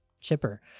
Chipper